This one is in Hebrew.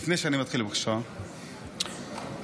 בבקשה,